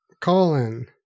Colon